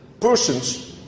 persons